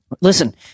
Listen